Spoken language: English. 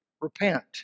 Repent